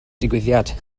digwyddiad